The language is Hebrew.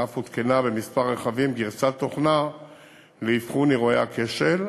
ואף הותקנה בכמה רכבים גרסת תוכנה לאבחון אירועי הכשל.